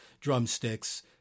drumsticks